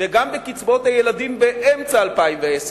וגם בקצבאות הילדים באמצע 2010,